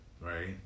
right